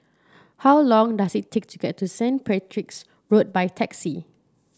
how long does it take to get to Saint Patrick's Road by taxi